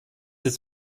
ist